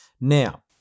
Now